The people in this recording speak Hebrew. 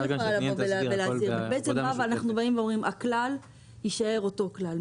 הכלל יישאר אותו כלל.